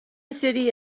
city